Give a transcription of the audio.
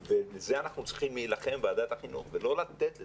בנושא שוועדת החינוך צריכה להילחם עליו ביחד עם משרד החינוך: